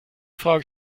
frage